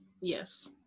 yes